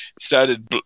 started